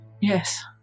Yes